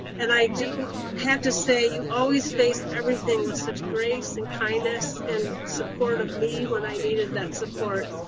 and i have to say you always faced everything with such grace and kindness and support of me when i needed that support.